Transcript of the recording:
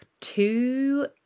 two